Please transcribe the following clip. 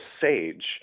sage